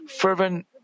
fervent